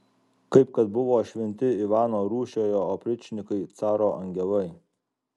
kaip kad buvo šventi ivano rūsčiojo opričnikai caro angelai